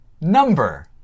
Number